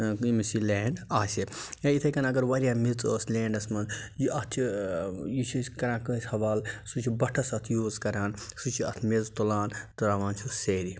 ییٚمِس یہِ لینٛڈ اَسہِ یا یِتھَے کَنۍ اگر واریاہ میٚژ ٲس لینٛڈَس منٛز یہِ اَتھ چھِ یہِ چھِ أسۍ کَران کٲنٛسہِ حوال سُہ چھِ بَٹھَس اَتھ یوٗز کَران سُہ چھِ اَتھ میٚژ تُلان ترٛاوان چھُس سیرِ